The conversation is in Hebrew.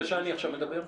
אני עכשיו מדבר.